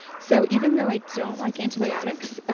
so even though i don't like antibiotics,